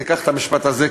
תיקח את המשפט הזה.